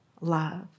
love